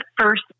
first